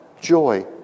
joy